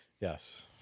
Yes